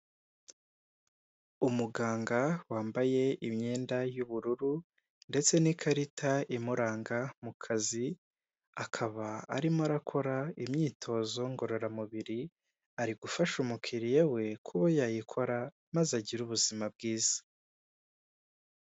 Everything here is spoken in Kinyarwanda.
Umuganga wambaye imyenda y'ubururu ndetse n'ikarita imuranga mu kazi, akaba arimo arakora imyitozo ngororamubiri ari gufasha umukiriya we kuba yayikora maze agira ubuzima bwiza.